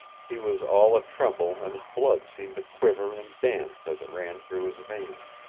he was all a-tremble and his blood seemed to quiver and dance as it ran through his veins.